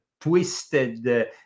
twisted